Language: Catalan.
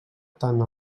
tant